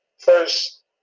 First